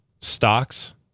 Stocks